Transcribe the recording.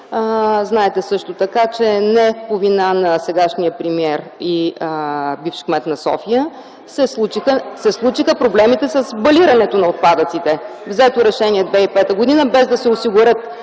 Знаете също така, че не по вина на сегашния премиер и бивш кмет на София се случиха проблемите с балирането на отпадъците. (Шум и реплики от КБ.) Взето е решение през 2005 г. без да се осигурят